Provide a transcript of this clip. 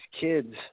kids